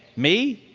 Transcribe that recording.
me,